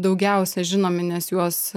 daugiausia žinomi nes juos